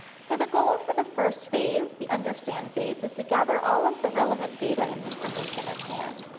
so the goal for the first phase, the understand phase is to gather all of the relevant data and information at hand.